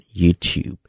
YouTube